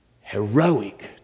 heroic